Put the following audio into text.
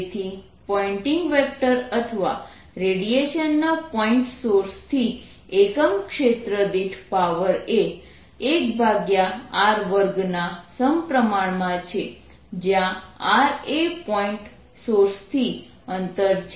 તેથી Poynting vector અથવા રેડિયેશનના પોઇન્ટ સોર્સથી એકમ ક્ષેત્ર દીઠ પાવર એ 1r2ના સમપ્રમાણમાં છે જ્યાં r એ પોઇન્ટ સોર્સથી અંતર છે